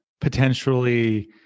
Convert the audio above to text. potentially